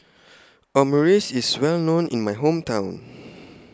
Omurice IS Well known in My Hometown